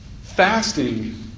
Fasting